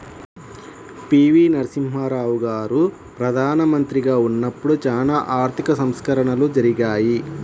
పి.వి.నరసింహారావు గారు ప్రదానమంత్రిగా ఉన్నపుడు చానా ఆర్థిక సంస్కరణలు జరిగాయి